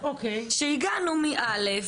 שהגענו מ-א',